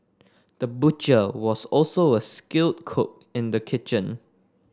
the butcher was also a skilled cook in the kitchen